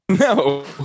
No